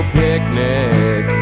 picnic